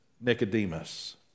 Nicodemus